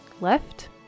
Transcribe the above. left